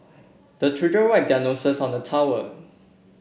the children wipe their noses on the towel